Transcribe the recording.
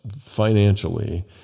financially